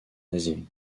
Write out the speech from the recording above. nazis